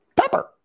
pepper